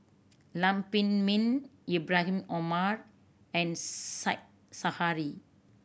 Lam Pin Min Ibrahim Omar and Said Zahari